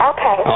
Okay